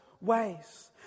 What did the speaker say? ways